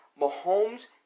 Mahomes